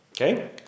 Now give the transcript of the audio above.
Okay